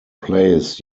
plays